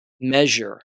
measure